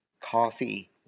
coffee